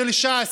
של ש"ס,